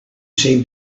seemed